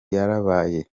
yarabaye